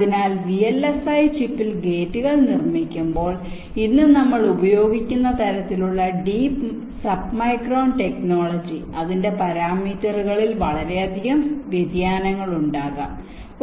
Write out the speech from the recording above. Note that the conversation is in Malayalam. അതിനാൽ വിഎൽഎസ്ഐ ചിപ്പിൽ ഗേറ്റുകൾ നിർമ്മിക്കുമ്പോൾ ഇന്ന് നമ്മൾ ഉപയോഗിക്കുന്ന തരത്തിലുള്ള ഡീപ് സബ്മൈക്രോൺ ടെക്നോളജി അതിന്റെ പരാമീറ്ററുകളിൽ വളരെയധികം വ്യതിയാനങ്ങൾ ഉണ്ടാകാം